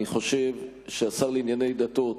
אני חושב שהשר לענייני דתות,